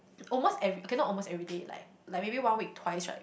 almost every okay not almost everyday like like maybe one week twice right